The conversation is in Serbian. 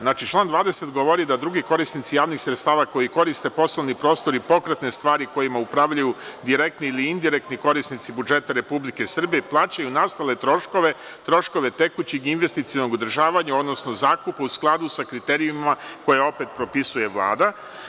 Znači, član 20. govori da drugi korisnici javnih sredstava koji koriste poslovni prostor i pokretne stvari kojima upravljaju direktni ili indirektni korisnici budžeta Republike Srbije plaćaju nastale troškove, troškove tekućeg investicionog održavanja, odnosno zakupa u skladu sa kriterijumima koje opet propisuje Vlada.